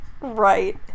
Right